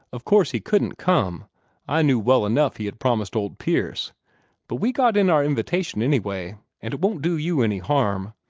of course he couldn't come i knew well enough he had promised old pierce but we got in our invitation anyway, and it won't do you any harm.